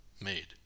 made